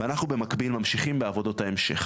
ואנחנו במקביל ממשיכים בעבודות ההמשך.